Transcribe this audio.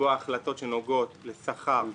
לקבוע החלטות שנוגעות לשכר,